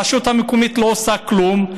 הרשות המקומית לא עושה כלום.